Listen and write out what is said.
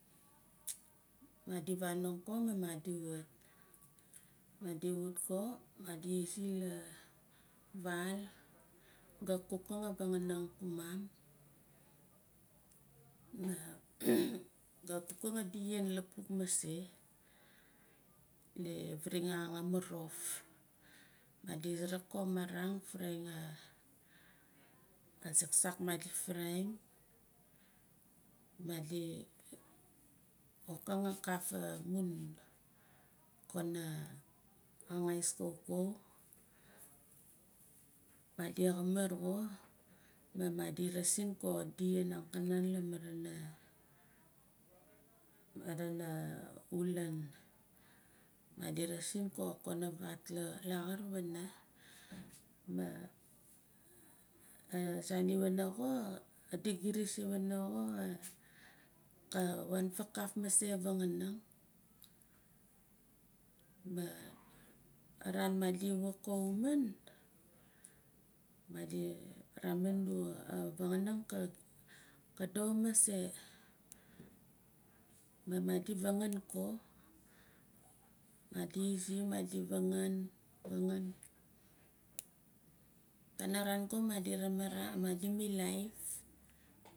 Madi vanong ko ma madi wut madi wut ko madi izi la vaal ka kukam a vanang ku mum ma ga kukang adi yen lupuk mase di viing a marof madi suuruk ko a marang varang a saksak madi fryim madi wikang wakaf amun panna ngangais kaukau madi xamir xo maa madi rasin adi yen angkanan laa marana marana ahulan. Madi rasi nko kana vaat la laxar wana ma azan wana xo adi giris wana xo ka wan faakaaf mase a vanganing ma aran madi wok ahumun madi ramin adu a vanganing ka ka doxo mase ma madi vangan ko madi izi madi vangan panaran ko madi ramaraat ma madi milaif.